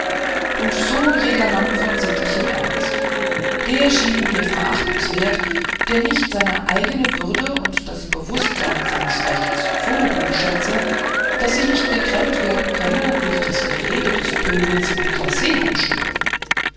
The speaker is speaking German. und so jeder mann von sittlichem ernst der schiene mir verachtungswert der nicht seine eigne würde und das bewußtsein seines rechts so hochschätzte daß sie nicht gekränkt werden können durch das gerede des pöbels in glachandschuhen